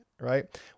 Right